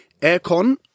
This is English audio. Aircon